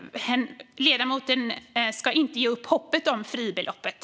Ledamoten ska inte ge upp hoppet om fribeloppet.